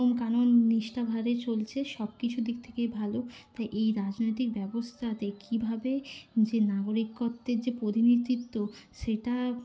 নিয়মকানুন নিষ্ঠাভাবে চলছে সব কিছু দিক থেকেই ভাল তা এই রাজনৈতিক ব্যবস্থাতে কিভাবে যে নাগরিকত্বের যে প্রতিনিধিত্ব সেইটা